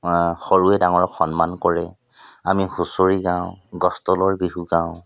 সৰুৱে ডাঙৰক সন্মান কৰে আমি হুচঁৰি গাওঁ গছ তলৰ বিহু গাওঁ